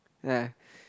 ya